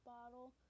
Bottle